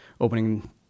opening